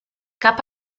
cap